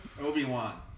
Obi-Wan